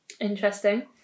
interesting